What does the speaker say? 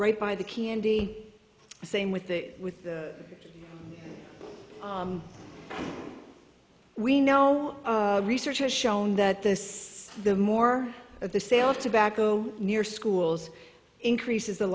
right by the candy same with the with the we know research has shown that this the more of the sale of tobacco near schools increases the